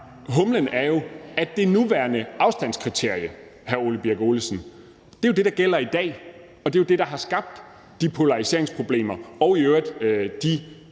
humlen, er jo, at det nuværende afstandskriterium er det, der gælder i dag, og er det, der har skabt de polariseringsproblemer og i øvrigt de